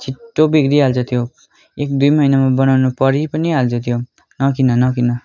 छिट्टो बिग्रिहाल्छ त्यो एक दुई महिनामा बनाउनु परि पनि हाल्छ त्यो नकिन नकिन